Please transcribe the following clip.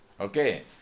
Okay